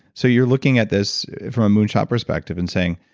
so you're looking at this from a moonshot perspective and saying,